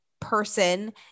person